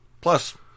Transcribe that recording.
plus